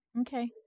Okay